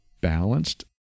balanced